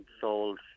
sold